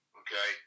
okay